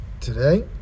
today